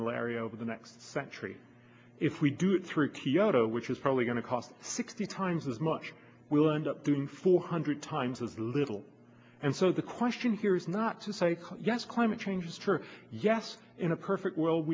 malaria over the next century if we do it through kyoto which is probably going to cost sixty times as much we'll end up doing four hundred times as little and so the question here is not to say yes climate change is true yes in a perfect world